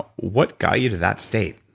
what got you to that state?